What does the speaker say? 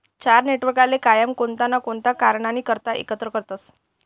चार नेटवर्कले कायम कोणता ना कोणता कारणनी करता एकत्र करतसं